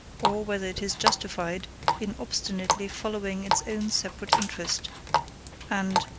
or whether it is justified in obstinately following its own separate interest and,